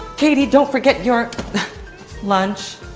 katie, don't forget your lunch.